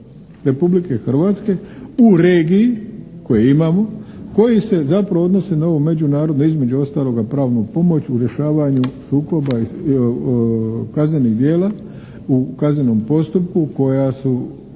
Republike Hrvatske u regiji koje imamo koji se zapravo odnose na ovu međunarodnu između ostaloga pravnu pomoć u rješavanju sukoba, kaznenih djela u kaznenom postupku koja su